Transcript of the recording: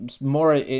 more